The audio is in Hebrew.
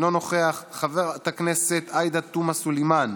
אינו נוכח, חברת הכנסת עאידה תומא סלימאן,